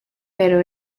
pero